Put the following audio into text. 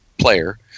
player